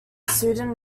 sudan